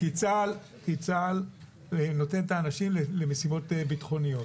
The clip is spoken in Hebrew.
כי צה"ל נותן את האנשים למשימות ביטחוניות,